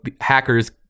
hackers